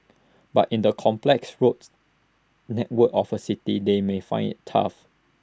but in the complex roads network of A city they may find IT tough